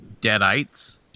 deadites